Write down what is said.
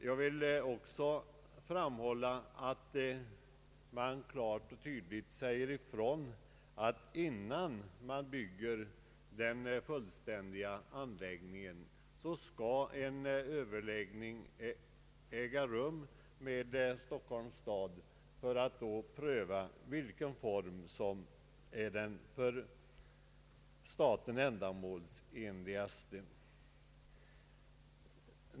Jag vill också framhålla att utskottet klart och tydligt säger ifrån att, innan den fullständiga anläggningen byggs, överläggningar skall äga rum med Stockholms stad för att man då skall kunna pröva vilken form som är den för staten mest ändamålsenliga.